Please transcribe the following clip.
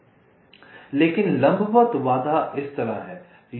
लेकिन लंबवत बाधा इस तरह है